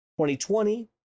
2020